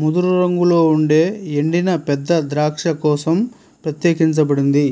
ముదురు రంగులో ఉండే ఎండిన పెద్ద ద్రాక్ష కోసం ప్రత్యేకించబడింది